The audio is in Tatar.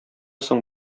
соң